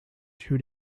two